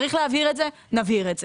צריך להבהיר את זה, נבהיר את זה.